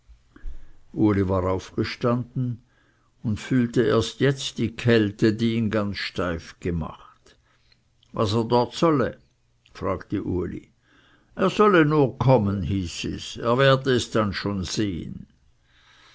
uli war aufgestanden und fühlte erst jetzt die kälte die ihn ganz steif gemacht was er dort solle fragte uli er solle nur kommen hieß es er werde es dann schon sehen